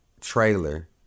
trailer